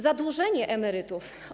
Zadłużenie emerytów.